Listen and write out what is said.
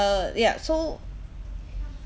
yeah so